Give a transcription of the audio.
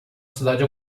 cidade